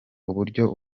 uburyo